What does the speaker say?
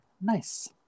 Nice